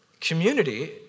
community